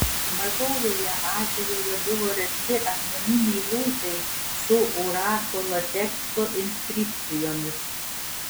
mažojoje azijoje buvo rasti akmeniniai luitai su orakulo teksto inskripcijomis